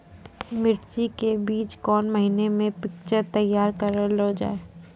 मिर्ची के बीज कौन महीना मे पिक्चर तैयार करऽ लो जा?